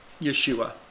Yeshua